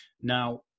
Now